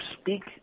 speak